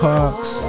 Parks